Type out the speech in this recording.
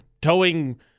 towing